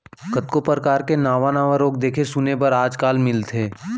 कतको परकार के नावा नावा रोग देखे सुने बर आज काल मिलथे